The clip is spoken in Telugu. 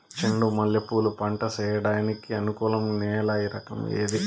చెండు మల్లె పూలు పంట సేయడానికి అనుకూలం నేల రకం ఏది